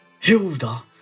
Hilda